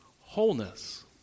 wholeness